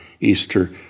Easter